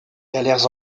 galères